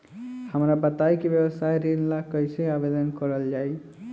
हमरा बताई कि व्यवसाय ऋण ला कइसे आवेदन करल जाई?